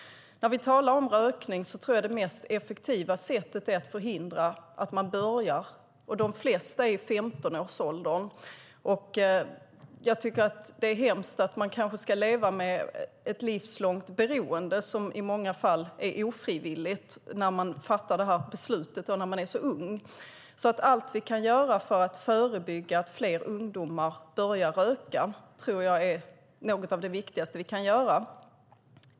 När vi talar om rökning tror jag att det mest effektiva sättet är att förhindra att man börjar. De flesta är i 15-årsåldern. Jag tycker att det är hemskt att man kanske ska leva med ett livslångt beroende som i många fall är ofrivilligt när man fattar beslutet när man är så ung. Att förebygga att fler ungdomar börjar röka tror jag är något av det viktigaste vi kan göra.